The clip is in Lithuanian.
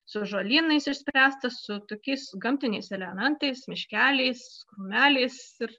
su žolynais išspręsta su tokiais gamtiniais elementais miškeliais krūmeliais ir